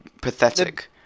pathetic